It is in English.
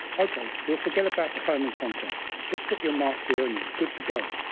okay, we'll forget about the home and contents, just put your mark here and you're good to go,